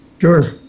Sure